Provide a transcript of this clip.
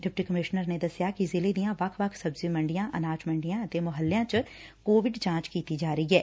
deputy commissioner ਨੇ ਦਸਿਆ ਕਿ ਜ਼ਿਲ੍ਹੇ ਦੀਆਂ ਵੱਖ ਵੱਖ ਸਬਜੀ ਮੰਡੀਆਂ ਅਨਾਜ ਮੰਡੀਆਂ ਅਤੇ ਮੋਹਲਿਆ ਚ ਕੋਵਿਡ ਜਾਂਚ ਕੀਤੀ ਜਾ ਰਹੀ ਐ